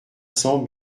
cents